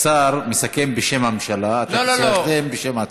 השר מסכם בשם הממשלה ואתה מסכם בשם עצמך.